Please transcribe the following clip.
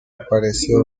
apareció